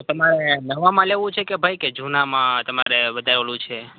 તમારે નવામાં લેવું છે કે ભાઈ કે તમારે જૂનામાં તમારે વધારે ઓલું છે